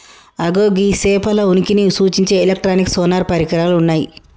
అగో గీ సేపల ఉనికిని సూచించే ఎలక్ట్రానిక్ సోనార్ పరికరాలు ఉన్నయ్యి